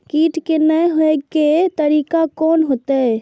कीट के ने हे के तरीका कोन होते?